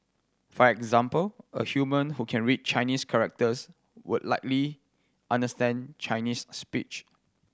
for example a human who can read Chinese characters would likely understand Chinese speech